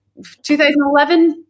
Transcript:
2011